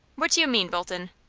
what do you mean, bolton?